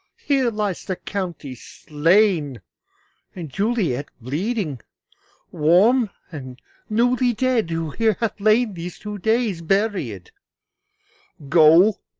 here lies the county slain and juliet bleeding warm, and newly dead, who here hath lain this two days buried go,